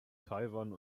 taiwan